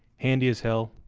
handy as hell,